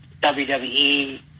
WWE